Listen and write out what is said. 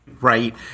Right